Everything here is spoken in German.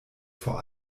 vor